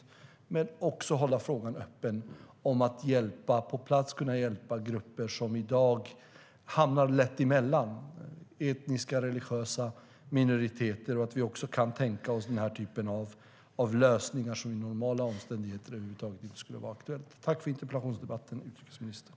Jag hoppas att vi kan hålla frågan öppen om att på plats hjälpa grupper som i dag lätt hamnar emellan, etniska och religiösa minoriteter, och att vi kan tänka oss lösningar som under normala omständigheter över huvud taget inte skulle bli aktuella. Tack för interpellationsdebatten, utrikesministern!